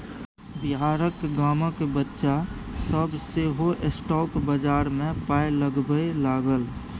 बिहारक गामक बच्चा सभ सेहो स्टॉक बजार मे पाय लगबै लागल